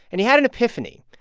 and he had an epiphany.